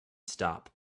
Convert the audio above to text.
stop